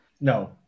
no